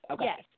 Yes